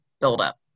buildup